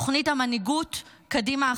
תוכנית המנהיגות קדימה,